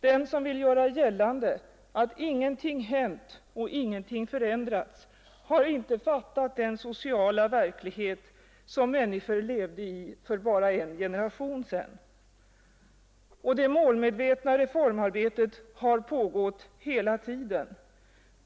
Den som vill göra gällande att ingenting hänt och ingenting förändrats har inte fattat den sociala verklighet som människor levde i för bara en generation sedan. Det målmedvetna reformarbetet har pågått hela tiden.